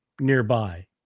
nearby